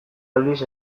aldiz